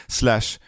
slash